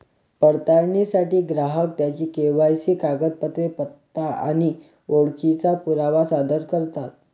पडताळणीसाठी ग्राहक त्यांची के.वाय.सी कागदपत्रे, पत्ता आणि ओळखीचा पुरावा सादर करतात